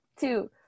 two